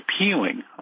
appealing